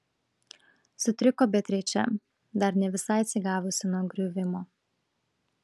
sutriko beatričė dar ne visai atsigavusi nuo griuvimo